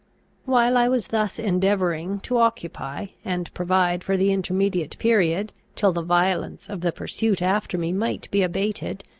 while i was thus endeavouring to occupy and provide for the intermediate period, till the violence of the pursuit after me might be abated,